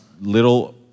little